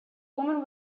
woman